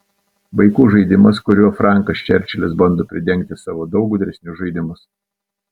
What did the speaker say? vaikų žaidimas kuriuo frankas čerčilis bando pridengti savo daug gudresnius žaidimus